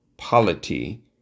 Polity